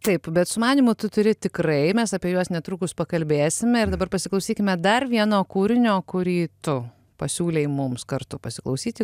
taip bet sumanymų tu turi tikrai mes apie juos netrukus pakalbėsime ir dabar pasiklausykime dar vieno kūrinio kurį tu pasiūlei mums kartu pasiklausyti